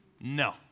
No